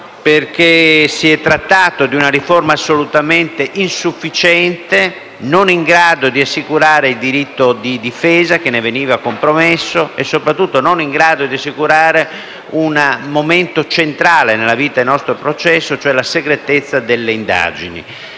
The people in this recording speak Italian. perché si è trattato di una riforma assolutamente insufficiente, non in grado di assicurare il diritto di difesa, che ne veniva compromesso, e soprattutto non in grado di assicurare un momento centrale nella vita del nostro processo, cioè la segretezza delle indagini.